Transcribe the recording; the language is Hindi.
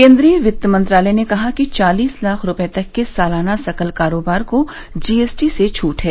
केन्द्रीय वित्त मंत्रालय ने कहा कि चालिस लाख रुपए तक के सालाना सकल कारोबार को जीएसटी से छूट है